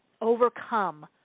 overcome